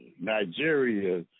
Nigeria